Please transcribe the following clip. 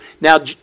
Now